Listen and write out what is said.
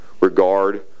regard